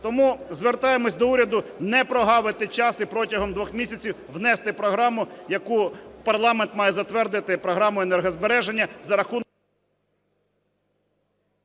Тому звертаємося до уряду не проґавити час і протягом двох місяців внести програму, яку парламент має затвердити – програму енергозбереження за рахунок...